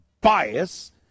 bias